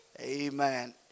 Amen